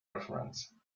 reference